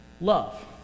love